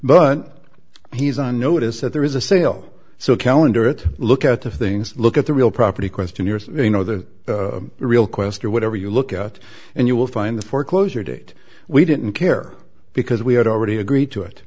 but he's on notice that there is a sale so calendar it look at the things look at the real property questionnaires you know the real questor whatever you look at and you will find the foreclosure date we didn't care because we had already agreed to it